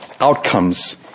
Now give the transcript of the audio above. outcomes